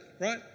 right